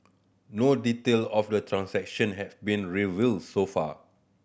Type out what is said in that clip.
no detail of the transaction have been revealed so far